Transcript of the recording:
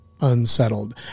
unsettled